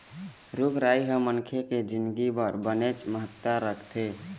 रूख राई ह मनखे के जिनगी बर बनेच महत्ता राखथे